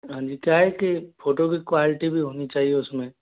हाँ जी क्या है कि फोटो की क्वालिटी भी होनी चाहिए उसमें